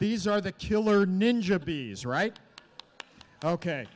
these are the killer ninja bees right ok